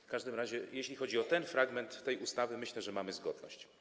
W każdym razie jeśli chodzi o ten fragment projektu, to myślę, że mamy zgodność.